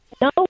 No